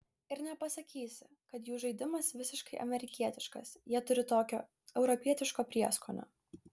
ir nepasakysi kad jų žaidimas visiškai amerikietiškas jie turi tokio europietiško prieskonio